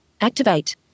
Activate